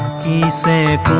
de sade